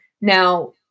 Now